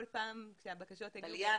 כל פעם כשהבקשות הגיעו --- טליה,